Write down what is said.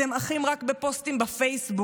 אתם אחים רק בפוסטים בפייסבוק,